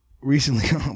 Recently